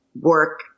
work